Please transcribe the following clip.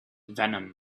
venom